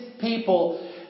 people